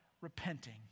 repenting